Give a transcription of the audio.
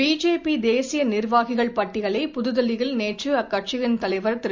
BJP தேசிய நிர்வாகிகள் பட்டியலை புதுதில்லியில் நேற்று அக்கட்சியின் தலைவர் திரு